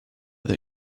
that